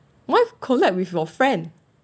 why collab with your friend